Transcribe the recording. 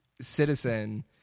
citizen